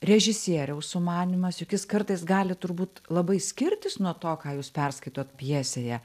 režisieriaus sumanymas juk jis kartais gali turbūt labai skirtis nuo to ką jūs perskaitot pjesėje